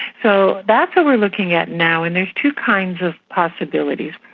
so that's what we're looking at now and there's two kinds of possibilities.